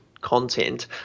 content